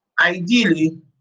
Ideally